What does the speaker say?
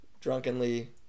drunkenly